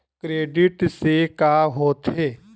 Credit से का होथे?